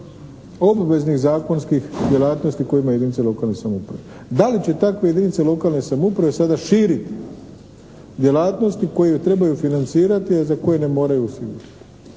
obveznih zakonskih djelatnosti koje imaju jedinice lokalne samouprave. Da li će takve jedinice lokalne samouprave sada širiti djelatnosti koji ju trebaju financirati, a za koje ne moraju …/Govornik